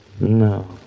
No